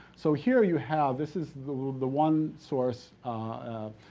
so, here you have, this is the the one source a